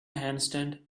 handstand